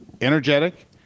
energetic